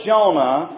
Jonah